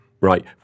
right